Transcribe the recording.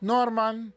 Norman